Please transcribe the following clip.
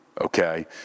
okay